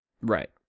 Right